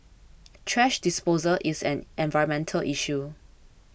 thrash disposal is an environmental issue